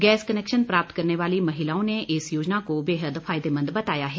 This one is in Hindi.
गैस कनेक्शन प्राप्त करने वाली महिलाओं ने इस योजना को बेहद फायदेमंद बताया है